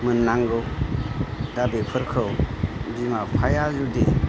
मोननांगौ दा बेफोरखौ बिमा बिफाया जुदि